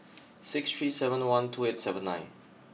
six three seven one two eight seven nine